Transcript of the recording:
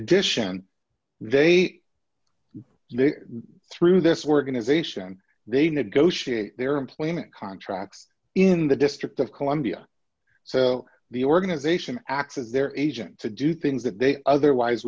addition they through this organization they negotiate their employment contracts in the district of columbia so the organization acts as their agent to do things that they otherwise